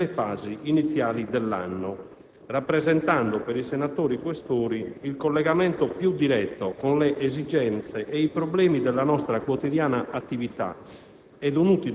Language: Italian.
nelle fasi iniziali dell'anno, rappresentando per i senatori Questori il collegamento più diretto con le esigenze e i problemi della nostra quotidiana attività